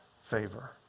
favor